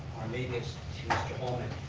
or maybe it was mr. holman.